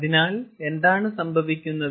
അതിനാൽ എന്താണ് സംഭവിക്കുന്നത്